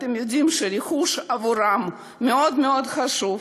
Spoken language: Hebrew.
ואתם יודעים שהרכוש עבורם מאוד מאוד חשוב,